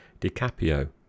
DiCaprio